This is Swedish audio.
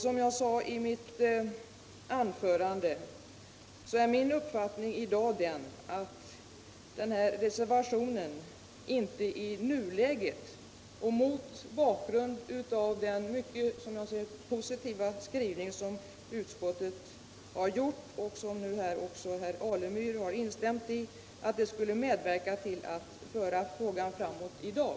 Som jag sade i mitt huvudanförande är min uppfattning att ett bifall till den här reservationen inte i nuläget och mot bakgrund av den mycket positiva skrivning utskottet har gjort — som nu också herr Alemyr har bekräftat — skulle medverka till att föra frågan framåt i dag.